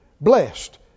blessed